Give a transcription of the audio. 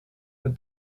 but